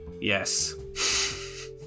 Yes